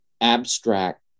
abstract